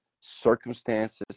circumstances